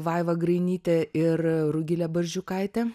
vaiva grainytė ir rugilė barzdžiukaitė